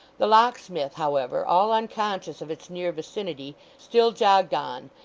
the locksmith, however, all unconscious of its near vicinity, still jogged on,